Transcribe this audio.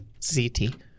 zt